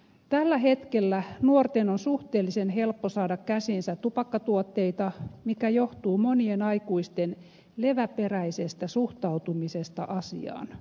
tällä hetkellä nuorten on suhteellisen helppo saada käsiinsä tupakkatuotteita mikä johtuu monien aikuisten leväperäisestä suhtautumisesta asiaan